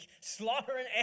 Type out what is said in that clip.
slaughtering